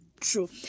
true